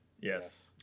Yes